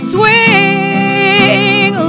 Swing